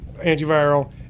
antiviral